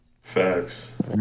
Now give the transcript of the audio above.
Facts